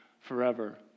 forever